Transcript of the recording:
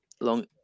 long